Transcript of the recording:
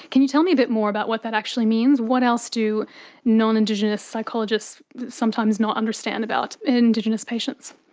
can you tell me a bit more about what that actually means? what else do non-indigenous psychologists sometimes not understand about indigenous patients?